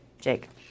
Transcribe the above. Jake